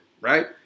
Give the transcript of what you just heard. right